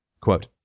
Quote